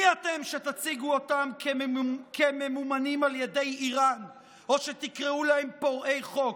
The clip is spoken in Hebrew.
מי אתם שתציגו אותם כממומנים על ידי איראן או שתקראו להם פורעי חוק?